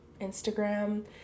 instagram